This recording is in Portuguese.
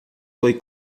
foi